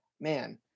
man